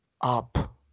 up